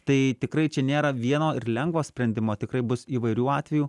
tai tikrai čia nėra vieno ir lengvo sprendimo tikrai bus įvairių atvejų